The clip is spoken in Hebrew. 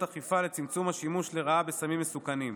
אכיפה לצמצום השימוש לרעה בסמים מסוכנים,